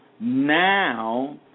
now